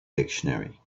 dictionary